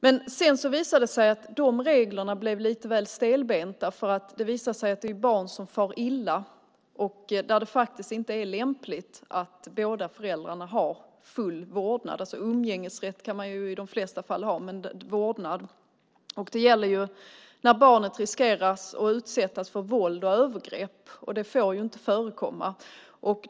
Men sedan visade det sig att de reglerna blev lite väl stelbenta. Det visade sig att det finns barn som far illa och för vilka det inte är lämpligt att båda föräldrarna har full vårdnad; umgängesrätt kan man dock i de flesta fall ha. Detta gäller när barnet riskerar att utsättas för våld och övergrepp. Det får inte förekomma.